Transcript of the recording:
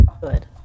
Good